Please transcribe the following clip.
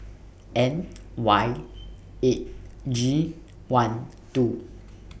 N Y eight G one two